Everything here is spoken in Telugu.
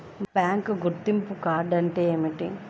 బ్యాంకు గుర్తింపు కార్డు అంటే ఏమిటి?